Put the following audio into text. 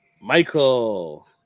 Michael